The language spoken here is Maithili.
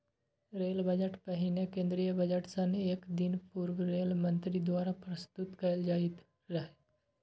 रेल बजट पहिने केंद्रीय बजट सं एक दिन पूर्व रेल मंत्री द्वारा प्रस्तुत कैल जाइत रहै